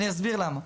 אני אסביר למה.